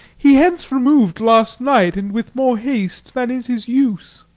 he hence remov'd last night, and with more haste than is his use.